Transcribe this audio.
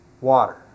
water